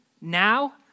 now